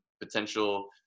potential